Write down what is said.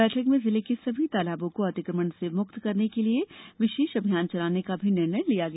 बैठक में जिले के सभी तालाबों को अतिक्रमण से मुक्त करने के लिए विशेष अभियान चलाने का भी निर्णय लिया गया